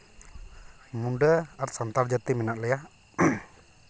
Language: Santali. ᱢᱩᱰᱟᱹ ᱟᱨ ᱥᱟᱱᱛᱟᱲ ᱡᱟᱹᱛᱤ ᱢᱮᱱᱟᱜ ᱞᱮᱭᱟ